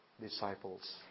disciples